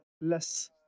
less